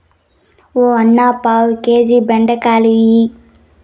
ఓ అన్నా, పావు కేజీ బెండకాయలియ్యి